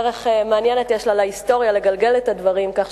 דרך מעניינת יש לה להיסטוריה לגלגל את הדברים כך,